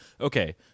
okay